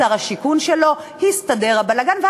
לשר השיכון שלו, הסתדר הבלגן.